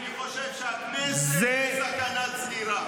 אני חושב שהכנסת בסכנת סגירה.